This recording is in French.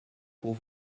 pour